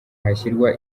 hazashyirwa